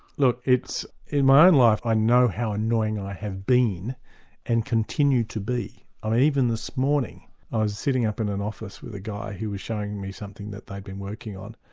look, it's in my own life, i know how annoying i have been and continue to be. even this morning, i was sitting up in an office with a guy who was showing me something that they'd been working on,